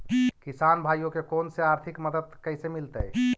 किसान भाइयोके कोन से आर्थिक मदत कैसे मीलतय?